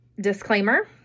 disclaimer